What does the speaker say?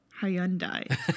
Hyundai